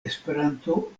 esperanto